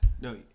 No